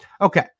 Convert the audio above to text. Okay